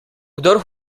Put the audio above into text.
kdor